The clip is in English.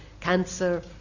cancer